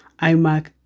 iMac